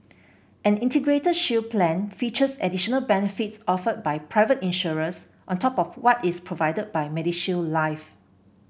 an Integrated Shield Plan features additional benefits offered by private insurers on top of what is provided by MediShield Life